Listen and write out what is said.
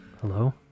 Hello